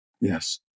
Yes